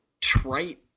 trite